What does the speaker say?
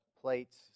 plates